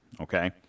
okay